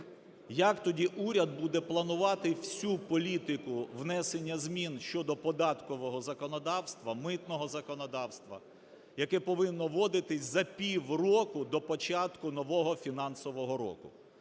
Як тоді уряд буде планувати всю політику внесення змін щодо податкового законодавства, митного законодавства, яке повинно вводитися за півроку до початку нового фінансового року?